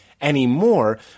anymore